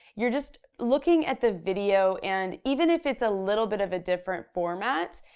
you're just looking at the video and even if it's a little bit of a different format,